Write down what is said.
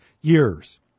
years